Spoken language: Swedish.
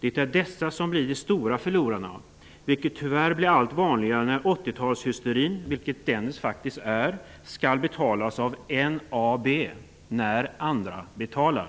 Det är dessa som blir de stora förlorarna, vilket tyvärr blir allt vanligare när 1980 talshysterin -- till vilken Dennis faktiskt hör -- skall betalas av NAB, när andra betalar.